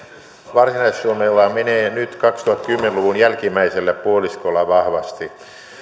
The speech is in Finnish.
varsinais suomella menee nyt kaksituhattakymmenen luvun jälkimmäisellä puoliskolla vahvasti